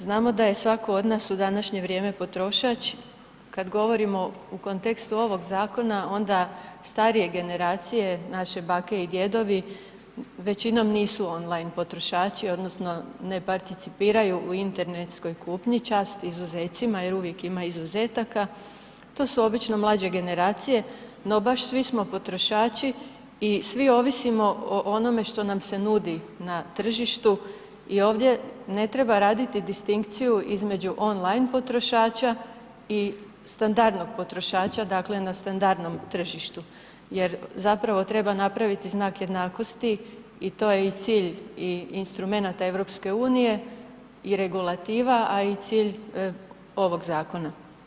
Znamo da je svako od nas u današnje vrijeme potrošač, kad govorimo u kontekstu ovog zakona onda starije generacije, naše bake i djedovi većinom nisu on line potrošači odnosno ne participiraju u internetskoj kupnji, čast izuzecima jer uvijek ima izuzetaka, to su obično mlađe generacije no baš svi smo potrošači i svi ovisimo o onome što nam se nudi na tržištu i ovdje ne treba raditi distinkciju između on line potrošača i standardnog potrošača, dakle na standardnom tržištu, jer zapravo treba napraviti znak jednakosti i to je i cilj i instrumenata EU i regulativa, a i cilj ovog zakona.